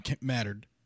mattered